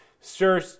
Sir